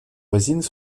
voisines